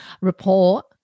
report